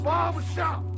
Barbershop